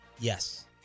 Yes